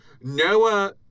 Noah